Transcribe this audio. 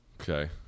Okay